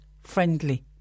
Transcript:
friendly